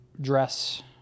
dress